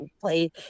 play